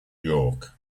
york